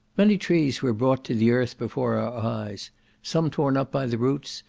many trees were brought to the earth before our eyes some torn up by the roots,